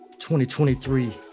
2023